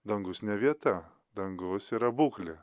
dangus ne vieta dangus yra būklė